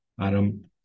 aram